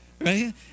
right